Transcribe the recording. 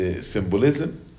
symbolism